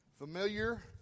Familiar